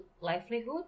livelihood